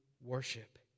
worship